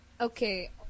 Okay